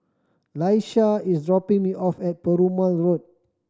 Laisha is dropping me off at Perumal Road